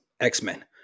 X-Men